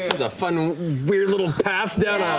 a fun, weird little path down